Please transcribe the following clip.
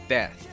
Death